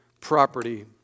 property